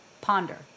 Ponder